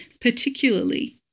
particularly